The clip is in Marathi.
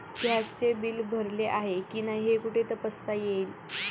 गॅसचे बिल भरले आहे की नाही हे कुठे तपासता येईल?